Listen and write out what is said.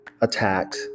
attacked